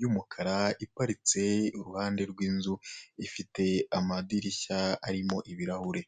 y'umukara iparitse iruhande rw'inzu ifite amadirishya arimo ibirahure.